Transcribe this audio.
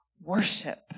worship